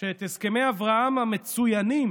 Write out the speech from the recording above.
שאת הסכמי אברהם המצוינים